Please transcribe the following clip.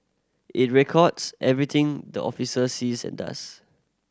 it records everything the officer sees and does